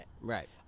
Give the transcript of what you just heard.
Right